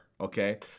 Okay